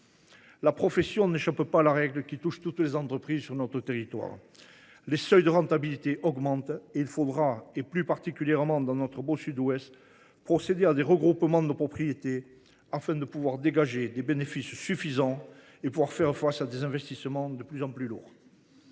La profession n’échappe pas à la règle qui touche toutes les entreprises sur notre territoire. Les seuils de rentabilité augmentant, il faudra – plus particulièrement dans notre beau Sud Ouest – procéder à des regroupements de propriétés, afin de pouvoir dégager des bénéfices suffisants et faire face à des investissements de plus en plus lourds.